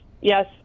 yes